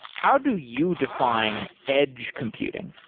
how do you define edge computing?